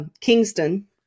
Kingston